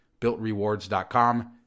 BuiltRewards.com